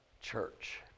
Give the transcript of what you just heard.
church